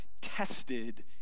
tested